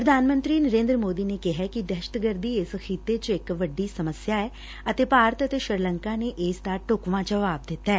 ਪ੍ਰਧਾਨ ਮੰਤਰੀ ਨਰੇਂਦਰ ਮੋਦੀ ਨੇ ਕਿਹੈ ਕਿ ਦਹਿਸ਼ਤਗਰਦੀ ਇਸ ਖਿੱਤੇ ਚ ਇਕ ਵੱਡੀ ਸਮੱਸਿਆ ਐ ਅਤੇ ਭਾਰਤ ਅਤੇ ਸ੍ਰੀਲੰਕਾ ਨੇ ਇਸ ਦਾ ਢੁਕਵਾਂ ਜਵਾਬ ਦਿੱਤੈ